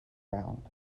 round